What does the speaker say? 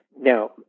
Now